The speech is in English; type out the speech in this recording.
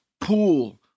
pool